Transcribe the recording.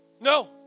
No